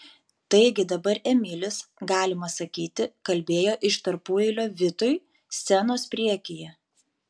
taigi dabar emilis galima sakyti kalbėjo iš tarpueilio vitui scenos priekyje